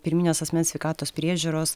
pirminės asmens sveikatos priežiūros